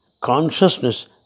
consciousness